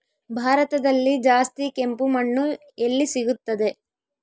ಭಾರತದಲ್ಲಿ ಜಾಸ್ತಿ ಕೆಂಪು ಮಣ್ಣು ಎಲ್ಲಿ ಸಿಗುತ್ತದೆ?